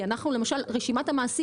ברשימת המעשים